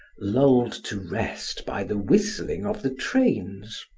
lulled to rest by the whistling of the trains.